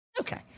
Okay